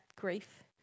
grief